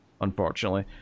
unfortunately